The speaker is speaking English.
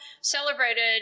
celebrated